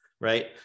right